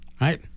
Right